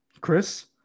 Chris